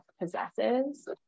possesses